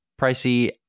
pricey